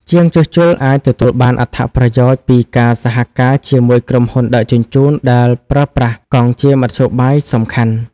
ជាងជួសជុលអាចទទួលបានអត្ថប្រយោជន៍ពីការសហការជាមួយក្រុមហ៊ុនដឹកជញ្ជូនដែលប្រើប្រាស់កង់ជាមធ្យោបាយសំខាន់។